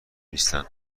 نیستن